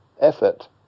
effort